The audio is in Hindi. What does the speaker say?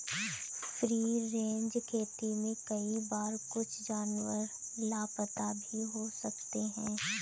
फ्री रेंज खेती में कई बार कुछ जानवर लापता भी हो सकते हैं